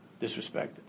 disrespected